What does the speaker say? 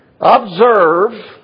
observe